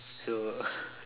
so